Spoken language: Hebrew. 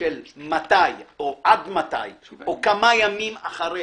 של עד מתי או כמה ימים אחרי